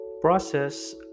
process